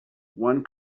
one